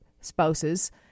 spouses